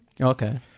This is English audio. Okay